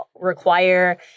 require